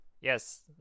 Yes